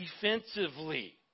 defensively